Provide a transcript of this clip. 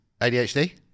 ADHD